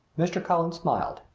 mr. cullen smiled,